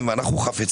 חפצים ואנחנו חפצים